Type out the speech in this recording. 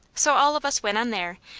so all of us went on there,